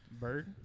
Bird